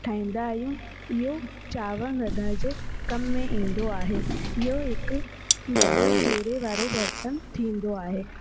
खाईंदा आहियूं इहो चांवर वधण जे कम में ईंदो आहे इहो हिकु वॾो घेरे वारो बर्तन थींदो आहे